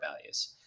values